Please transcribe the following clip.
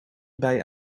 bij